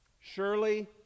Surely